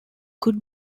could